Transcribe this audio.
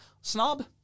snob